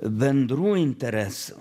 bendrų interesų